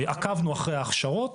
עקבנו אחרי ההכשרות